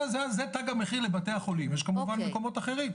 זה תג המחיר לבתי החולים, יש כמובן מקומות אחרים.